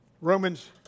Romans